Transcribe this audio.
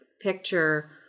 picture